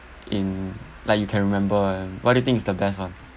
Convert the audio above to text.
in like you can remember um what do you think is the best one